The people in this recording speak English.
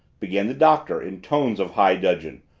began the doctor in tones of high dudgeon,